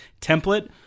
template